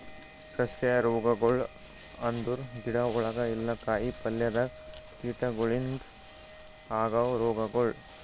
ಸಸ್ಯ ರೋಗಗೊಳ್ ಅಂದುರ್ ಗಿಡ ಒಳಗ ಇಲ್ಲಾ ಕಾಯಿ ಪಲ್ಯದಾಗ್ ಕೀಟಗೊಳಿಂದ್ ಆಗವ್ ರೋಗಗೊಳ್